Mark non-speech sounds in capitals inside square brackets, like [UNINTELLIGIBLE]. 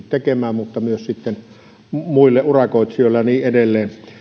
[UNINTELLIGIBLE] tekemään vaan myös muille urakoitsijoille ja niin edelleen